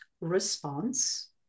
response